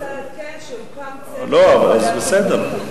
אני רק רוצה לעדכן שהוקם צוות בוועדת החוץ והביטחון,